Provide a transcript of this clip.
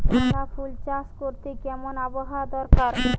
গাঁদাফুল চাষ করতে কেমন আবহাওয়া দরকার?